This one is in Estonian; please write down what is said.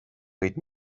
võid